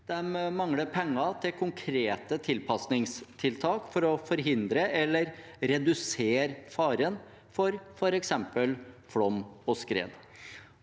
De mangler penger til konkrete tilpasningstiltak for å forhindre eller redusere faren for f.eks. flom og skred,